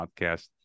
podcast